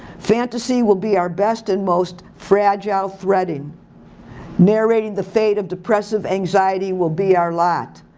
fantasy will be our best and most fragile threading narrating the fate of depressive anxiety will be our lot.